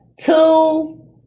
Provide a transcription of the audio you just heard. Two